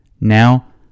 now